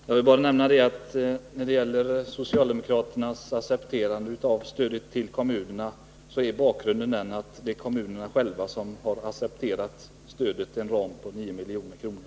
Herr talman! Jag vill bara när det gäller socialdemokraternas accepterande av stödet till kommunerna nämna att bakgrunden är att det är kommunerna själva som accepterat en ram på 9 milj.kr.